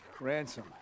Ransom